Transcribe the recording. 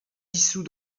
dissous